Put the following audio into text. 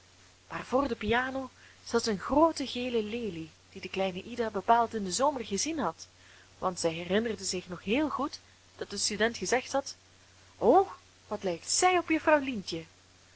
maar voor de piano zat een groote gele lelie die de kleine ida bepaald in den zomer gezien had want zij herinnerde zich nog heel goed dat de student gezegd had o wat lijkt zij op juffrouw lientje